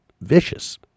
Vicious